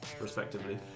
respectively